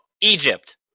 Egypt